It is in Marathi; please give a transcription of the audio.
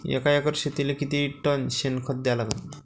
एका एकर शेतीले किती टन शेन खत द्या लागन?